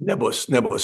nebus nebus